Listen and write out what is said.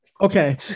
Okay